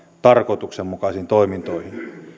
tarkoituksenmukaisiin toimintoihin